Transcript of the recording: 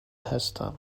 هستم